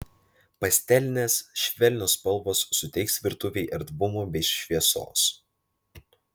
pastelinės švelnios spalvos suteiks virtuvei erdvumo bei šviesos